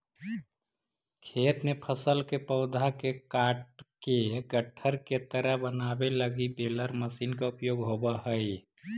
खेत में फसल के पौधा के काटके गट्ठर के तरह बनावे लगी बेलर मशीन के उपयोग होवऽ हई